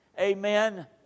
amen